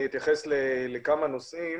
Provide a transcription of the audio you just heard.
אתייחס לכמה נושאים